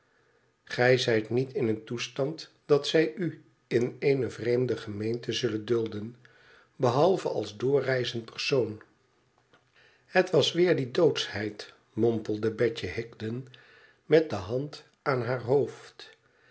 gij zijt niet in een toestand dat zij u in eene vreemde gemeente zullen dulden behalve als doorreizend persoon het was weer die doodschheid mompelde betje higden met de hand aan haar hoofd